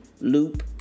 loop